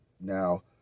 Now